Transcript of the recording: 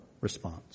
response